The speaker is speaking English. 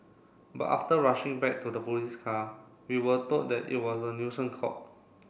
but after rushing back to the police car we were told that it was a nuisance call